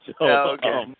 Okay